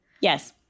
Yes